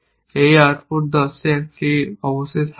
এই আউটপুট 10 এ এটি অবশ্যই থাকবে